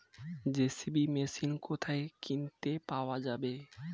JCB machine কোথায় কিনতে পাওয়া যাবে?